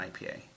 IPA